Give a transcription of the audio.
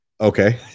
Okay